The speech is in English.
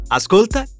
ascolta